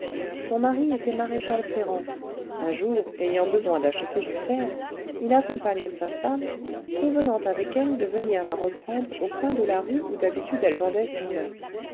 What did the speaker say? son mari était maréchal ferrant un jour ayant besoin d'acheter du fer il accompagne sa femme convenant avec elle de venir la reprendre au coin de la rue où d'habitude elle vendait son lait